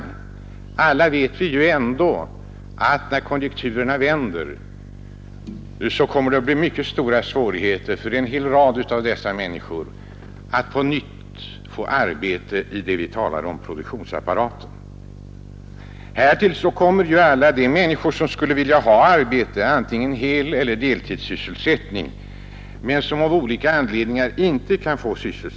Men alla vet vi att när konjunkturerna vänder kommer det att bli mycket stora svårigheter för många av dessa människor att på nytt få arbete i vad vi kallar för produktionsapparaten. Vidare tillkommer alla de människor som skulle vilja ha arbete, antingen heleller deltidssysselsättning, men som av olika anledningar inte kan få det.